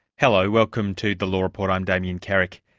hello, welcome to the law report i'm damien carrick.